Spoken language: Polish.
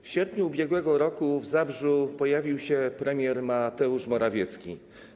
W sierpniu ubiegłego roku w Zabrzu pojawił się premier Mateusz Morawiecki.